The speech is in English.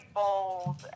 bold